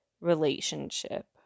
relationship